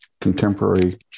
contemporary